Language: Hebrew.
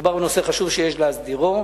מדובר בנושא חשוב שיש להסדירו,